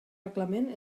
reglament